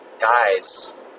guys